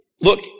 look